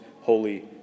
holy